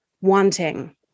wanting